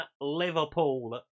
Liverpool